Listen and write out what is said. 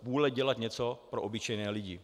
Vůle dělat něco pro obyčejné lidi.